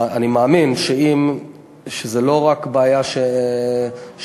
אני מאמין שזה לא רק בעיה של כלים,